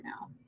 now